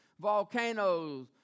volcanoes